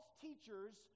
teachers